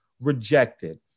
rejected